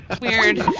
Weird